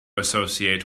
associate